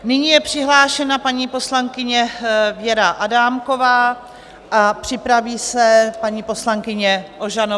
Nyní je přihlášena paní poslankyně Věra Adámková a připraví se paní poslankyně Ožanová.